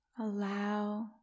Allow